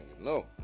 No